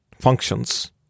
functions